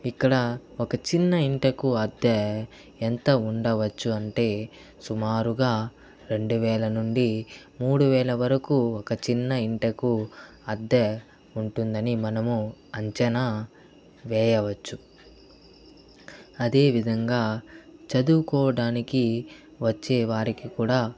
ఇక్కడ ఒక చిన్న ఇంటికి అద్దె ఎంత ఉండవచ్చు అంటే సుమారుగా రెండు వేల నుండి మూడు వేల వరకు ఒక చిన్న ఇంటికి అద్దె ఉంటుందని మనము అంచనా వేయవచ్చు అదేవిధంగా చదువుకోవడానికి వచ్చే వారికి కూడా